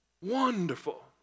Wonderful